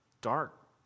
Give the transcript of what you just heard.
dark